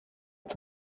est